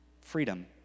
Freedom